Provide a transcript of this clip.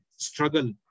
Struggle